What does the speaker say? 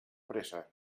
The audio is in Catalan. pressa